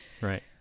right